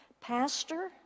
Pastor